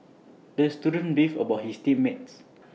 the student beefed about his team mates